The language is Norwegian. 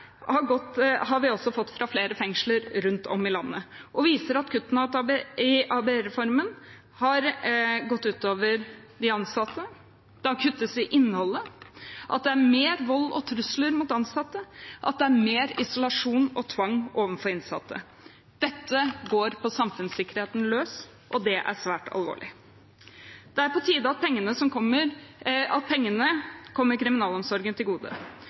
har vi også fått fra flere fengsler rundt om i landet. De viser at kuttene i ABE-reformen har gått ut over de ansatte, det kuttes i innholdet, det er mer vold og trusler mot ansatte, og det er mer isolasjon og tvang overfor innsatte. Dette går på samfunnssikkerheten løs, og det er svært alvorlig. Det er på tide at pengene kommer kriminalomsorgen til gode. Når de nå ikke lenger skal brukes på å sende innsatte til